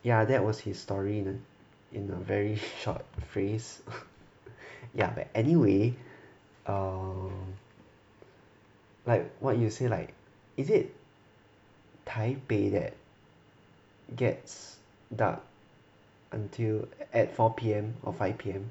ya that was his story in a in a very short phrase ya but anyway um like what you say like is it taipei that gets dark until at four P_M or five P_M